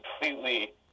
completely